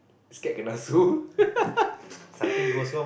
scared kenna sue